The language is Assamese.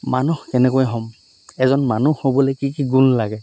মানুহ কেনেকৈ হ'ম এজন মানুহ হ'বলৈ কি কি গুণ লাগে